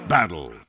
Battle